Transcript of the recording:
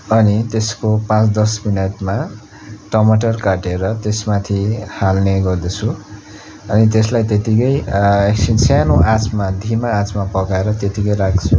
अनि त्यसको पाँच दस मिनटमा टमाटर काटेर त्यसमाथि हाल्ने गर्दछु अनि त्यसलाई त्यतिकै एकछिन सानो आँचमा धिमा आँचमा पकाएर त्यतिकै राख्छु